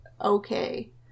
okay